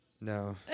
No